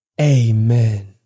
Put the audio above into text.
Amen